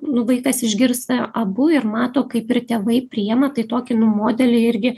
nu vaikas išgirsta abu ir mato kaip ir tėvai priėma tai tokį nu modelį irgi